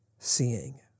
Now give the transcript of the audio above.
seeing